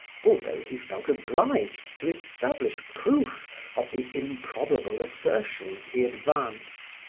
although he felt obliged to establish proof of the improbable assertions he advanced.